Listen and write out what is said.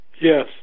yes